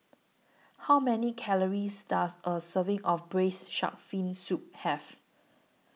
How Many Calories Does A Serving of Braised Shark Fin Soup Have